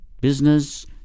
business